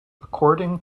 according